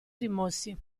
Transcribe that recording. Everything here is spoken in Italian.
rimossi